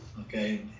okay